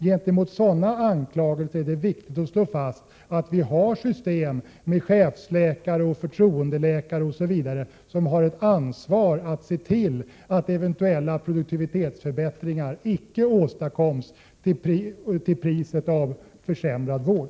Gentemot sådana anklagelser är det viktigt att slå fast att vi har ett system där chefsläkare och förtroendeläkare har ett ansvar att se till att eventuella produktivitetsförbättringar icke åstadkoms till priset av en försämrad vård.